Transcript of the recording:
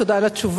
תודה על התשובה.